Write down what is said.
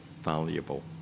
valuable